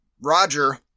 Roger